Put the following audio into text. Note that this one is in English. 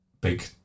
big